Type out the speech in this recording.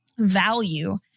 Value